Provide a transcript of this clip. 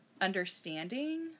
understanding